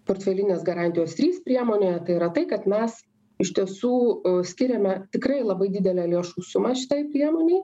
portfelinės garantijos trys priemonė tai yra tai kad mes iš tiesų skiriame tikrai labai didelę lėšų sumą šitai priemonei